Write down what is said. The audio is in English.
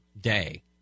day